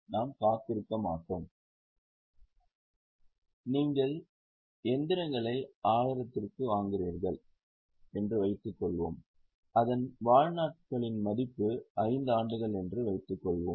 எனவே நீங்கள் இயந்திரங்களை 10000 க்கு வாங்குகிறீர்கள் என்று வைத்துக்கொள்வோம் அதன் வாழ்நாட்களின் மதிப்பு 5 ஆண்டுகள் என்று வைத்துக்கொள்வோம்